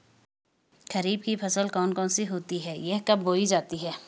खरीफ की फसल कौन कौन सी होती हैं यह कब बोई जाती हैं?